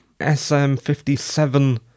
SM57